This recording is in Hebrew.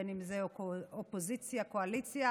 בין אם זו אופוזיציה או קואליציה,